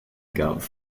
gov